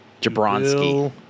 Jabronski